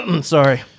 Sorry